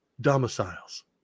domiciles